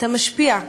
אתה משפיע,